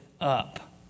up